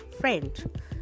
friend